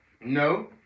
No